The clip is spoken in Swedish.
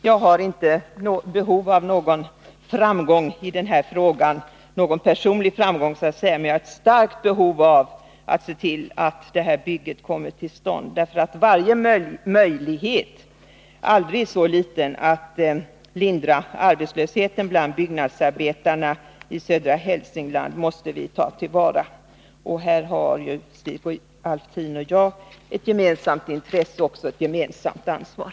Jag har inte behov av någon personlig framgång i denna fråga, men jag har ett starkt behov av att se till att detta bygge kommer till stånd. Varje möjlighet, om än aldrig så liten, att lindra arbetslösheten bland byggnadsarbetarna i södra Hälsingland måste tas till vara. Här har ju Stig Alftin och jag ett gemensamt intresse och ett gemensamt ansvar.